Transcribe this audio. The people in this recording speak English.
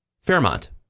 Fairmont